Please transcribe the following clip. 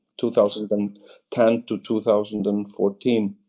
two thousand and ten to two thousand and fourteen,